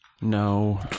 No